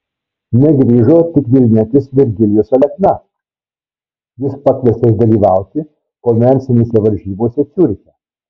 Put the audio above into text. negrįžo tik vilnietis virgilijus alekna jis pakviestas dalyvauti komercinėse varžybose ciuriche